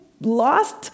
Lost